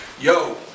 yo